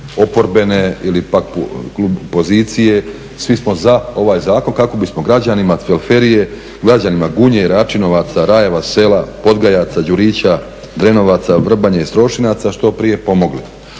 oporbene ili pak klub opozicije, svi smo za ovaj zakon kako bismo građanima Cvelferije, građanima Gunje, Račinovaca, Rajeva sela, Podgajaca, Đurića, Drenovaca, Vrbanje, Strošinaca što prije pomogli.